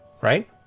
Right